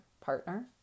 partner